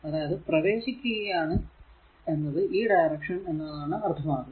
അതായതു പ്രവേശിക്കുകയാണ് എന്നത് ഈ ഡയറക്ഷൻ എന്നതാണ് അർത്ഥമാക്കുന്നത്